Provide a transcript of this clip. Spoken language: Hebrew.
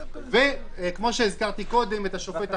וכפי שהזכרתי את השופט עמית,